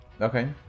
Okay